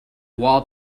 wall